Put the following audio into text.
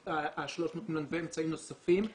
וה-300 מיליון ואמצעים נוספים ימומשו.